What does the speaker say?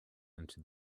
into